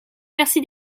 merci